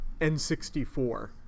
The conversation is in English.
N64